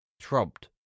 throbbed